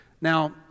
Now